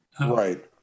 Right